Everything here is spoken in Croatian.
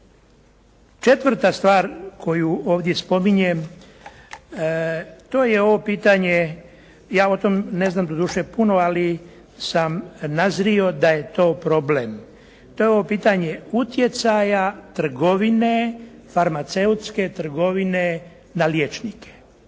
Četvrta stvar koju ovdje spominjem to je ovo pitanje, ja o tom ne znam doduše puno, ali sam nazrio da je to problem. To je ovo pitanje utjecaja trgovine, farmaceutske trgovine na liječnike.